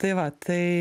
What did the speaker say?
tai va tai